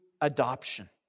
adoption